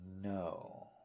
no